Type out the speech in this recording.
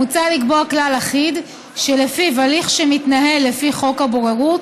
מוצע לקבוע כלל אחיד שלפיו הליך שמתנהל לפי חוק הבוררות